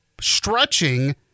stretching